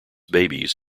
babies